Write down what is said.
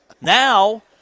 Now